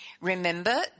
Remember